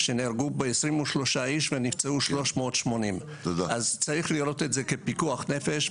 שנהרגו בו 23 איש ונפצעו 380. צריך לראות את זה כפיקוח נפש,